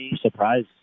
surprise